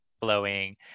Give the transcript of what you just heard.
flowing